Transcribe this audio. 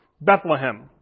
Bethlehem